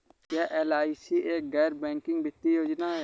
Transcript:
क्या एल.आई.सी एक गैर बैंकिंग वित्तीय योजना है?